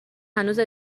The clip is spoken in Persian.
هنوز